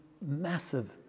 massive